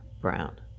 Brown